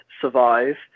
survive